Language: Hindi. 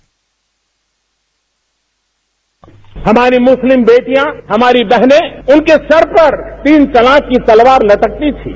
बाइट हमारी मुस्लिम बेटियां हमारी बहनें उनके सर पर तीन तलाक की तलवार लटकती थीं